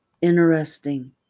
interesting